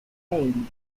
fame